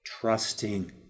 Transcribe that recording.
trusting